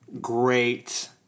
Great